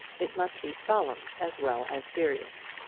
it must be solemn as well as serious.